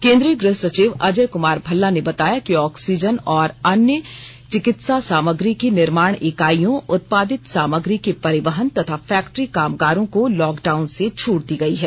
केन्द्रीय गृह सचिव अजय कुमार भल्ला ने बताया कि ऑक्सीजन और अन्य चिकित्सा सामग्री की निर्माण इकाइयों उत्पादित सामग्री के परिवहन तथा फैक्ट्री कामगारों को लॉकडाउन से छूट दी गई है